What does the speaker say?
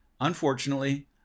Unfortunately